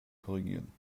korrigieren